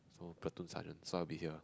so platoon sergeant so I will be here